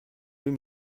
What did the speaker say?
deux